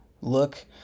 look